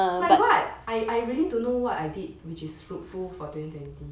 like what I I really don't know what I did which is fruitful for twenty twenty